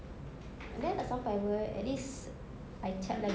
then I tak sampai apa at least I cat